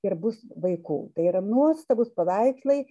ir bus vaikų tai yra nuostabūs paveikslai